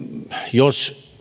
jos